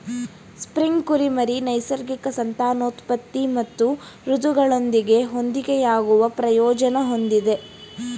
spring ಕುರಿಮರಿ ನೈಸರ್ಗಿಕ ಸಂತಾನೋತ್ಪತ್ತಿ ಮತ್ತು ಋತುಗಳೊಂದಿಗೆ ಹೊಂದಿಕೆಯಾಗುವ ಪ್ರಯೋಜನ ಹೊಂದಿದೆ